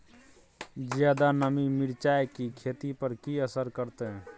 ज्यादा नमी मिर्चाय की खेती पर की असर करते?